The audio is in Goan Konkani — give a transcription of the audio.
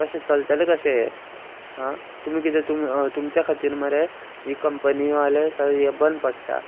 अशें चलतलें कशें हें आं तुमी कितें तुम तुमच्या खातीर मरे ही कंपनीवाले सगळे हें बंद पडटा